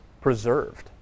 preserved